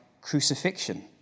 crucifixion